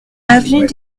avenue